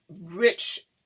rich